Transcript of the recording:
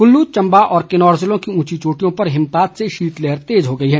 कल्लू चंबा और किन्नौर जिलों की उंची चोटियों पर हिमपात से शीतलहर तेज हो गई है